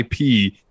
IP